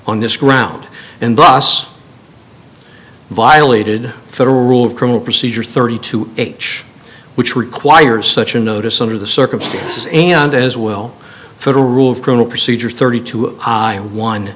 on this ground and ross violated federal rule of criminal procedure thirty two h which requires such a notice under the circumstances as well federal rule of criminal procedure thirty two one